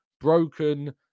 broken